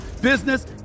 business